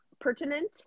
pertinent